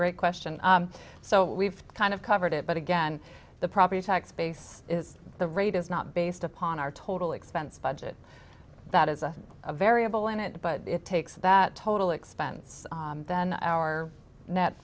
great question so we've kind of covered it but again the property tax base is the rate is not based upon our total expense budget that is a variable in it but it takes that total expense than our n